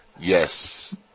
Yes